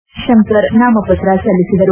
ವಿಜಯಶಂಕರ್ ನಾಮಪತ್ರ ಸಲ್ಲಿಸಿದರು